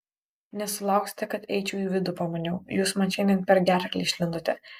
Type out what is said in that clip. nesulauksite kad eičiau į vidų pamaniau jūs man šiandien per gerklę išlindote